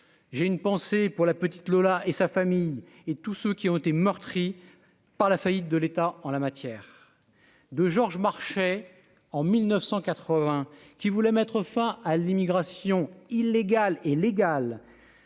j'ai une pensée pour la petite Lola et sa famille et tout ceux qui ont été meurtries par la faillite de l'État en la matière, de Georges Marchais en 1980 qui voulait mettre fin à l'immigration illégale et au